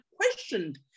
questioned